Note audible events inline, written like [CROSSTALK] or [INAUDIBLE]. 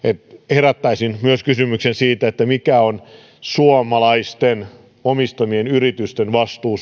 herättäisin kysymyksen myös siitä mikä on suomalaisten omistamien yritysten vastuu [UNINTELLIGIBLE]